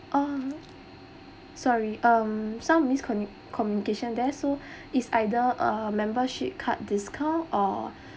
um sorry um some miscomm~ communication there so is either a membership card discount or